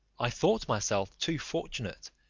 i thought myself too fortunate,